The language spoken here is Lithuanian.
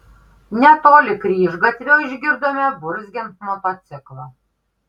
netoli kryžgatvio išgirdome burzgiant motociklą